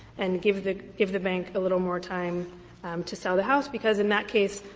and give the give the bank a little more time to sell the house, because in that case,